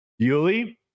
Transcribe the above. Yuli